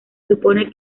supone